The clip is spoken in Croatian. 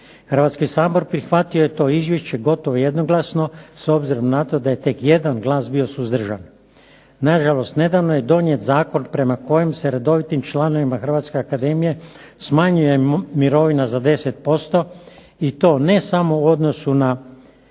Hrvatski sabor prihvatio je to izvješće gotovo jednoglasno, s obzirom na to da je tek jedan glas bio suzdržan. Nažalost, nedavno je donijet zakon prema kojem se redovitim članovima Hrvatske akademije smanjuje mirovina za 10% i to ne samo u odnosu na